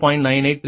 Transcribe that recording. எனவே 0